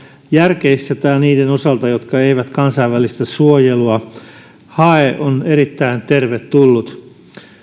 järkeistetään niiden osalta jotka eivät hae kansainvälistä suojelua on erittäin tervetullut